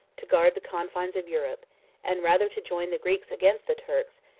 to guard the confines of europe and rather to join the greeks against the turks,